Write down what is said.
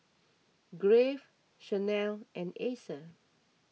Crave Chanel and Acer